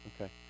Okay